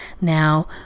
Now